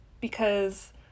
because-